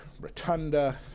Rotunda